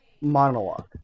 monologue